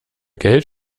geld